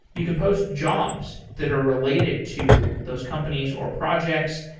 you can post jobs that are related to those companies or projects,